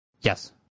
Yes